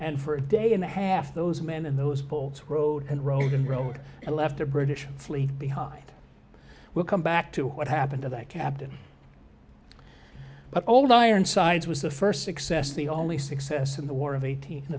and for a day and a half those men in those pools who rode and rode and rode and left the british fleet behind will come back to what happened to that captain but old ironsides was the first success the only success in the war of eighteen